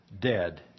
dead